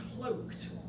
cloaked